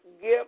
give